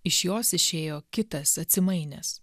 iš jos išėjo kitas atsimainęs